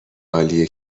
عالیه